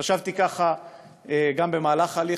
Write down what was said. חשבתי ככה גם במהלך ההליך.